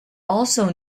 also